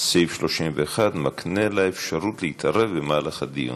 סעיף 31 מקנה לה אפשרות להתערב במהלך הדיון.